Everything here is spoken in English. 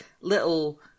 little